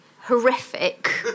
horrific